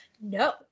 No